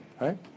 right